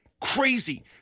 crazy